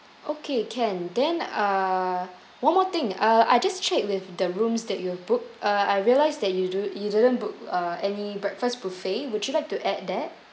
okay can then uh one more thing uh I just checked with the rooms that you've booked uh I realised that you do you didn't book uh any breakfast buffet would you like to add that